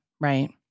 right